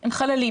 --- הם חללים.